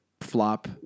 flop